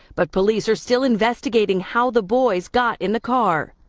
but police are still investigating how the boys got in the car.